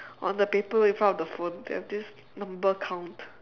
on the paper in front of the phone there's this number count